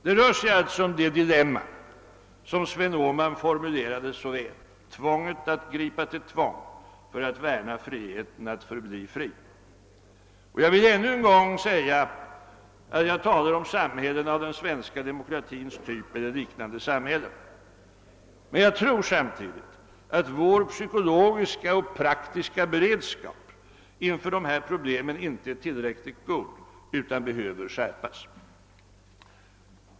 Det rör sig alltså om det dilemma som Sven Åhman formulerade så väl: >Tvånget att gripa till tvång för att värna friheten att förbli fri.> Jag vill ännu en gång stryka under att jag talar om samhällen av den svenska demokratins typ eller liknande samhällen. Och jag tror samtidigt att vår psykologiska och praktiska beredskap inför dessa problem inte är tillräckligt god utan behöver skärpas.